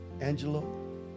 Angelo